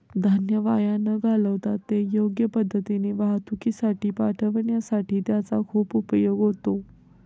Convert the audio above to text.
धान्य वाया न घालवता ते योग्य पद्धतीने वाहतुकीसाठी पाठविण्यासाठी त्याचा खूप उपयोग होतो